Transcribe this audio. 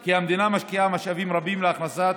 כי המדינה משקיעה משאבים רבים בהכנסת